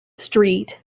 street